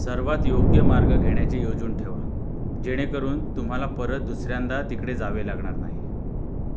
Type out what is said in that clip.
सर्वात योग्य मार्ग घेण्याचे योजून ठेवा जेणेकरून तुम्हाला परत दुसऱ्यांदा तिकडे जावे लागणार नाही